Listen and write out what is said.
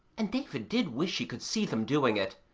and david did wish he could see them doing it.